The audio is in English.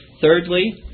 Thirdly